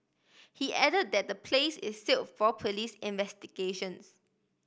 he add that the place is seal for police investigations